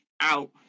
out